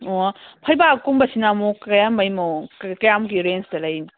ꯑꯣ ꯐꯩꯕꯥꯛ ꯀꯨꯝꯕꯁꯤꯅ ꯑꯃꯨꯛ ꯀꯔꯝꯕꯩ ꯃꯑꯣꯡ ꯀꯌꯥꯃꯨꯛꯀꯤ ꯔꯦꯟꯖꯇ ꯂꯩꯔꯤꯅꯣ